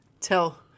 tell